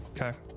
Okay